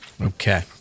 Okay